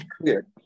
clear